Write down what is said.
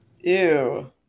Ew